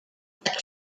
but